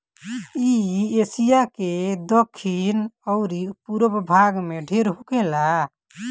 इ एशिया के दखिन अउरी पूरब भाग में ढेर होखेला